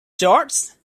george